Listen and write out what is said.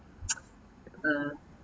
the